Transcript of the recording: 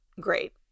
great